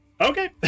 okay